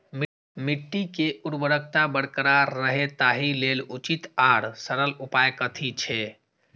मिट्टी के उर्वरकता बरकरार रहे ताहि लेल उचित आर सरल उपाय कथी छे?